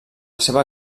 seva